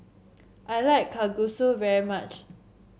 I like Kalguksu very much